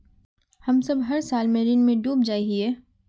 हम सब हर साल ऋण में डूब जाए हीये?